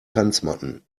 tanzmatten